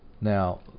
Now